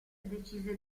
decise